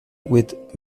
with